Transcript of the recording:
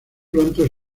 pronto